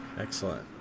excellent